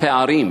הפערים